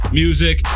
music